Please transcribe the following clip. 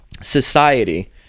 society